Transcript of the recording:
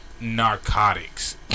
narcotics